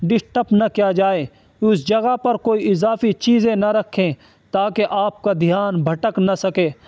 disturb نہ کیا جائے اس جگہ پر کوئی اضافی چیزیں نہ رکھیں تاکہ آپ کا دھیان بھٹک نہ سکے